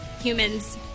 humans